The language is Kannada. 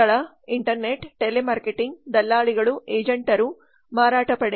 ಸ್ಥಳ ಇಂಟರ್ನೆಟ್ ಟೆಲಿಮಾರ್ಕೆಟಿಂಗ್ ದಲ್ಲಾಳಿಗಳು ಏಜೆಂಟರು ಮಾರಾಟ ಪಡೆ